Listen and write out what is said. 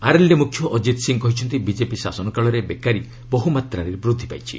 RLD ମୁଖ୍ୟ ଅକିତ ସିଂହ କହିଛନ୍ତି BJP ଶାସନ କାଳରେ ବେକାରୀ ବହୁମାତ୍ରାରେ ବୃଦ୍ଧି ପାଇଛି